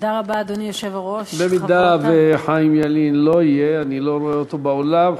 אם חיים ילין לא יהיה אני לא רואה אותו באולם,